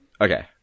Okay